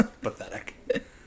pathetic